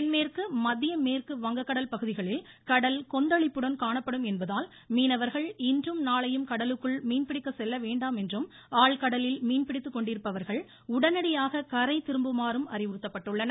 தென்மேற்கு மத்திய மேற்கு வங்கக்கடல் பகுதிகளில் கடல் கொந்தளிப்புடன் காணப்படும் என்பதால் மீனவர்கள் இன்றும் நாளையும் கடலுக்குள் மீன் பிடிக்க செல்ல வேண்டாம் என்றும் ஆழ்கடலில் மீன்பிடித்துக் கொண்டிருப்பவர்கள் உடனடியாக கரை திரும்புமாறும் அறிவுறுத்தப்பட்டுள்ளனர்